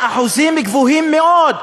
והאחוזים גבוהים מאוד.